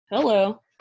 Hello